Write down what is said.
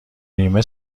نیمه